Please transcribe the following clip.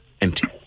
empty